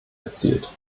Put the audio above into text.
erzielt